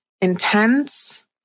intense